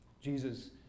Jesus